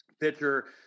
pitcher